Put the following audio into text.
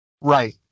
Right